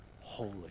holy